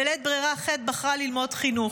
בלית ברירה ח' בחרה ללמוד חינוך.